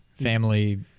family